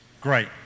Great